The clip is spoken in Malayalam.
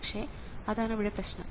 പക്ഷേ അതാണ് ഇവിടെ പ്രശ്നം